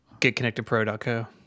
GetConnectedPro.co